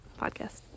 podcast